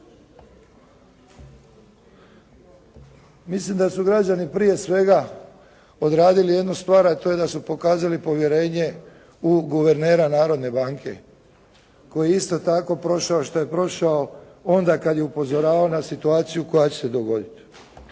Mislim da su građani prije svega odradili jednu stvar, a to je da su pokazali povjerenje u guvernera Narodne banke koji je isto tako prošao što je prošao onda kada je upozoravao na situaciju koja će se dogoditi.